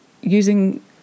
using